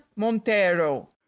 Montero